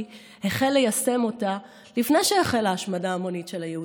החל ליישם לפני שהחלה ההשמדה ההמונית של היהודים?